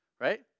right